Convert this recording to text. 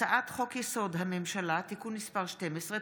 הצעת חוק-יסוד: הממשלה (תיקון מס' 12)